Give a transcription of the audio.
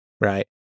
right